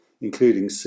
including